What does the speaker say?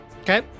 Okay